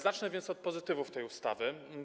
Zacznę więc od pozytywów tej ustawy.